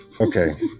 Okay